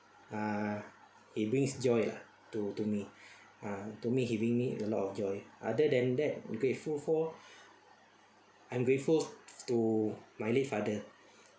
uh it brings joy lah to to me ah to me he bring me a lot of joy other than that grateful for I'm grateful to my late father